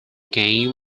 game